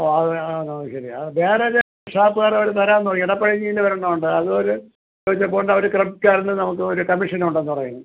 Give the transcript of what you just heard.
ഓ അത് ആ അതുശരി വേറെ ഏതോ ഷോപ്പുകാരോട് തരാമെന്നൊരു ഇടപ്പള്ളിയിൽ ഒരെണ്ണമുണ്ട് അതൊരു ചോദിച്ചപ്പോൾ ഉണ്ട് അവർ ക്രെഡിറ്റ് കാർഡിന് നമുക്കൊരു കമ്മീഷൻ ഉണ്ടെന്ന് പറയുന്നു